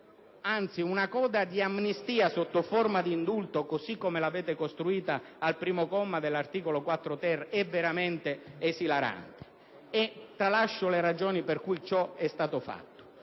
anzi, questa coda di amnistia sotto forma di indulto, così come l'avete costruita al comma 1 dell'articolo 4-*bis* - è veramente esilarante, e tralascio le ragioni per cui ciò è stato fatto.